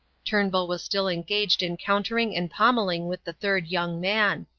turnbull was still engaged in countering and pommelling with the third young man.